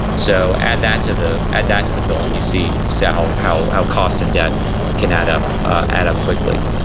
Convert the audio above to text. so add that to the and to the bill and you see so how ah cost and debt can add up add up quickly.